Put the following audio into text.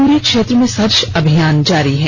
पूरे क्षेत्र में सर्च अभियान जारी है